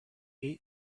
ate